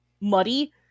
muddy